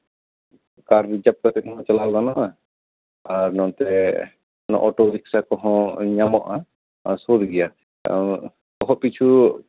ᱠᱟᱨ ᱨᱤᱡᱟᱵᱽ ᱠᱟᱛᱮ ᱦᱚᱸ ᱪᱟᱞᱟᱣ ᱜᱟᱱᱚᱜᱼᱟ ᱟᱨ ᱱᱚᱱᱛᱮ ᱚᱱᱟ ᱚᱴᱳ ᱨᱤᱠᱥᱟ ᱠᱚᱦᱚᱸ ᱧᱟᱢᱚᱜᱼᱟ ᱟᱨ ᱥᱩᱨ ᱜᱮᱭᱟ ᱦᱚᱲ ᱯᱤᱪᱷᱩ